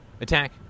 attack